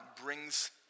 brings